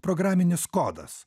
programinis kodas